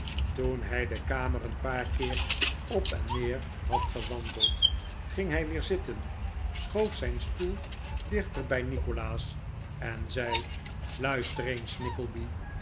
toen hij de kamer een paar keer op en neer had gewandeld ging hij weer zitten schoof zijn stoel dichterbij nikolaas en zei luister eens nickleby